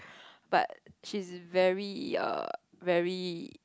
but she's very err very